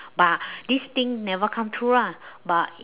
but this thing never come true lah but